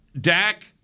Dak